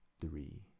three